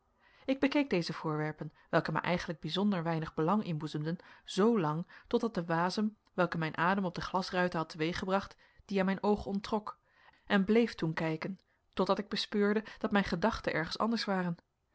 ik bekeek deze voorwerpen welke mij eigenlijk bijzonder weinig belang inboezemden zoo lang totdat de wasem welken mijn adem op de glasruiten had teweeggebracht die aan mijn oog onttrok en bleef toen kijken totdat ik bespeurde dat mijn gedachten ergens anders waren